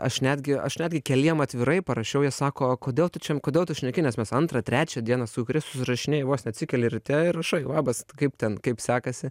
aš netgi aš netgi keliem atvirai parašiau jie sako o kodėl tu čia kodėl tu šneki nes mes antrą trečią dieną su kai kuriais susirašinėji vos ne atsikeli ryte ir rašai labas kaip ten kaip sekasi